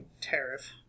tariff